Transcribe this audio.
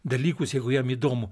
dalykus jeigu jam įdomu